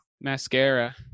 mascara